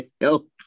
help